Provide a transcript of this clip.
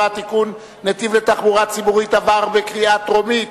(נתיב לתחבורה ציבורית) עברה בקריאה טרומית,